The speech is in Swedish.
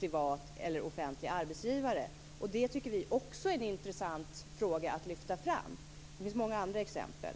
privat eller en offentlig arbetsgivare. Vi tycker också att det är en intressant fråga att lyfta fram. Det finns många andra exempel.